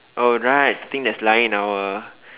oh right I think that's lying in our